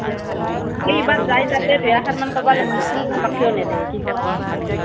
অঁ মই এইবাৰ যায় তাতে দুই এষাৰমান ক'বা লাগব আমাক কিয় নেদেই অঁ